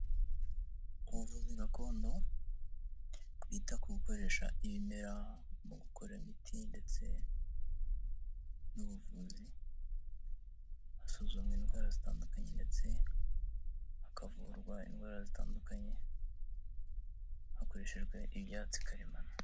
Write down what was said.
Ubuvuzi gakondo bwita ku gukoresha ibimera mu gukora imiti ndetse n'ubuvuzi, hasuzumwa indwara zitandukanye ndetse hakavurwa indwara zitandukanye, hakoreshejwe ibyatsi karemano.